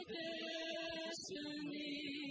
destiny